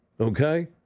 Okay